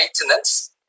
maintenance